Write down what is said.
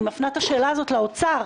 אני מפנה את השאלה הזאת לאוצר,